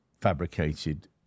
fabricated